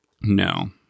No